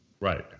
right